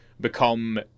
Become